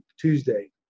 Tuesday